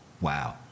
wow